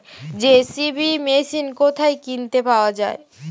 JCB machine কোথায় কিনতে পাওয়া যাবে?